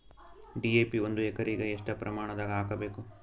DAP ಒಂದು ಎಕರಿಗ ಎಷ್ಟ ಪ್ರಮಾಣದಾಗ ಹಾಕಬೇಕು?